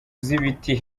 z’ibiti